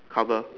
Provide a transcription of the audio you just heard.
cover